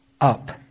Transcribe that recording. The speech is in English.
up